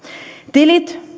tilit